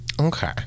Okay